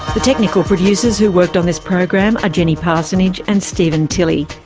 the technical producers who worked on this program are jenny parsonage and stephen tilley.